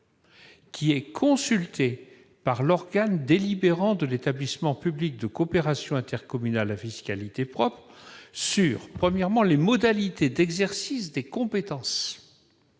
qui est consultée par l'organe délibérant de l'établissement public de coopération intercommunale à fiscalité propre sur les modalités d'exercice des compétences,